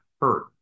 hurt